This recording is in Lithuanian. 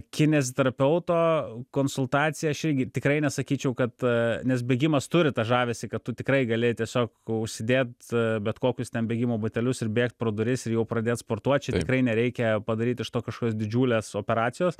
kineziterapeuto konsultacija aš irgi tikrai nesakyčiau kad nes bėgimas turi tą žavesį kad tu tikrai gali tiesiog užsidėt bet kokius ten bėgimo batelius ir bėgt pro duris ir jau pradėt sportuot čia tikrai nereikia padaryti iš to kažkokios didžiulės operacijos